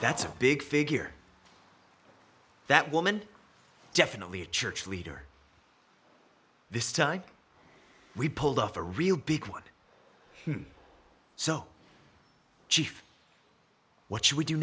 that's a big figure that woman definitely a church leader this time we pulled off a real big one so chief what should we do